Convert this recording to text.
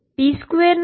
જે p2m છે